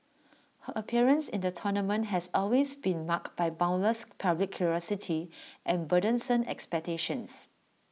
her appearance in the tournament has always been marked by boundless public curiosity and burdensome expectations